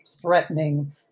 threatening